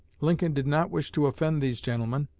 lincoln did not wish to offend these gentlemen,